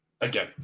again